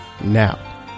Now